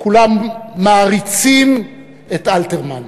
כולם מעריצים את אלתרמן,